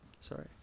Sorry